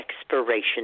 expiration